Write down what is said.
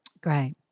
great